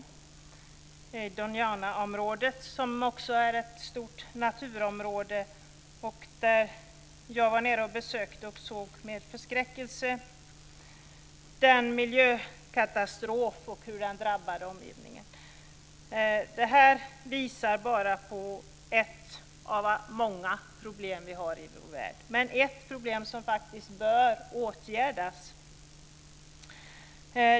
Det skedde i Doñanaområdet, som också är ett stort naturområde. Jag besökte det och såg med förskräckelse hur miljökatastrofen drabbar omgivningen. Det här visar bara på ett av många problem som vi har i vår värld. Men det är ett problem som faktiskt bör åtgärdas.